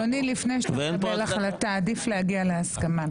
אדוני, לפני שאתה מקבל החלטה, עדיף להגיע להסכמה.